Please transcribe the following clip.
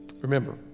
Remember